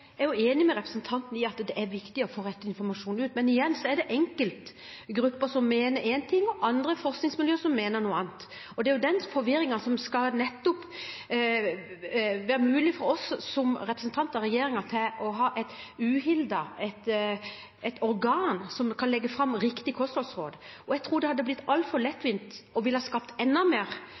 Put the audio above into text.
Jeg er enig med representanten i at det er viktig å få rett informasjon ut, men igjen er det enkeltgrupper som mener én ting, og andre forskningsmiljøer som mener noe annet. Det er i den forvirringen det nettopp skal være mulig for oss som representanter for regjeringen å ha et uhildet organ som kan legge fram riktige kostholdsråd. Jeg tror det hadde blitt altfor lettvint og ville ha skapt enda mer